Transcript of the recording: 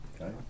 Okay